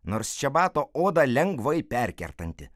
nors čia bato oda lengvai perkertanti